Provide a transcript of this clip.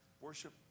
worship